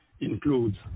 includes